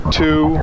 two